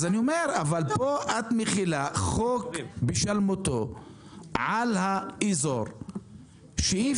אבל פה את מחילה חוק בשלמותו על האזור שאי